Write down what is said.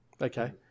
Okay